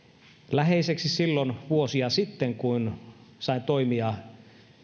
läheiseksi silloin vuosia sitten kun sain toimia